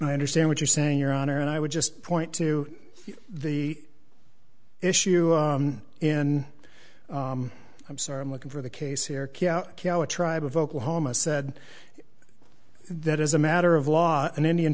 i understand what you're saying your honor and i would just point to the issue in i'm sorry i'm looking for the case here tribe of oklahoma said that as a matter of law and indian